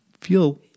feel